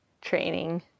training